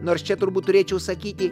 nors čia turbūt turėčiau sakyti